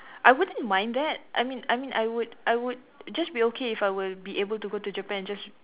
I wouldn't mind that I mean I mean I would I would just be okay if I were be able to go to Japan just